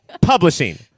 Publishing